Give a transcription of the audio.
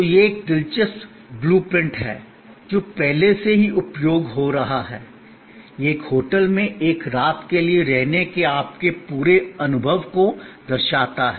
तो यह एक दिलचस्प ब्लू प्रिंट है जो पहले से ही उपयोग हो रहा है यह एक होटल में एक रात के लिए रहने के आपके पूरे अनुभव को दर्शाता है